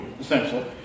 essentially